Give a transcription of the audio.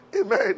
Amen